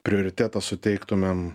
prioritetą suteiktumėm